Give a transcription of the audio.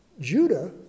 Judah